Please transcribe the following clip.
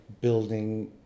building